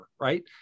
right